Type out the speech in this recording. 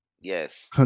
Yes